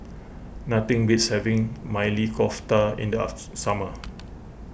nothing beats having Maili Kofta in the summer